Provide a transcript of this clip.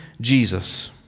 Jesus